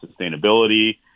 sustainability